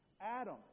Adam